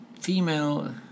female